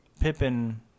Pippin